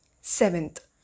Seventh